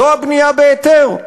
זו הבנייה בהיתר,